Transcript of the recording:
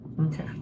Okay